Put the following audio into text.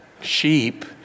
sheep